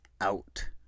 out